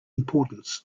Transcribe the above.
importance